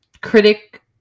critic